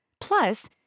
Plus